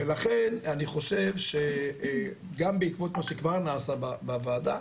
ולכן אני חושב שגם בעקבות מה שכבר נעשה בוועדה,